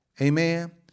Amen